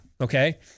Okay